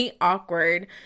awkward